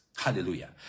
Hallelujah